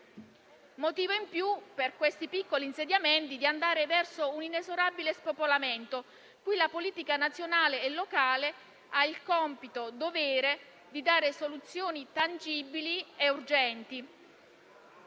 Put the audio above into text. Motivo in più, per questi piccoli insediamenti, di andare verso un inesorabile spopolamento, cui la politica nazionale e locale ha il compito e il dovere di dare soluzioni tangibili e urgenti.